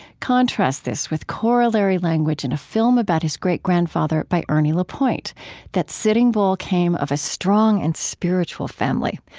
contrast this with corollary language in a film about his great-grandfather by ernie lapointe that sitting bull came of a strong and spiritual family,